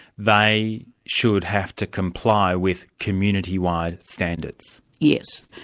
they should have to comply with community-wide standards? yes.